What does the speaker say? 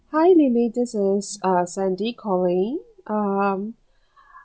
hi lily this is uh sandy calling um